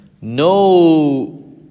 no